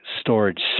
storage